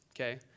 okay